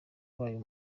wayo